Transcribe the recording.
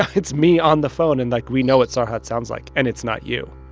it's me on the phone. and, like, we know what sarhad sounds like, and it's not you.